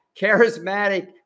charismatic